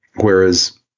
whereas